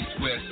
west